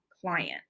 client